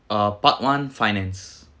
uh part one finance